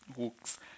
hooks